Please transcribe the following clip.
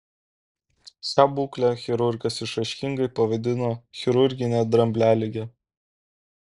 šią būklę chirurgas išraiškingai pavadino chirurgine dramblialige